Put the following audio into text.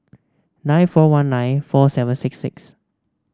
nine four one nine four seven six six